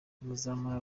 muzamara